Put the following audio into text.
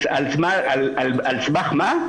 על סמך מה?